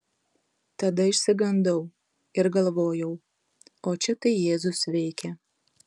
tada išsigandau ir galvojau o čia tai jėzus veikia